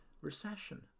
recession